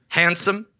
handsome